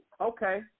okay